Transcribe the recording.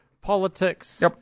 politics